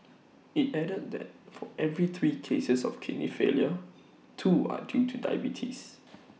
IT added that for every three cases of kidney failure two are due to diabetes